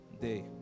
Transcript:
day